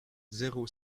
zéro